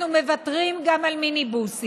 אנחנו מוותרים גם על מיניבוסים.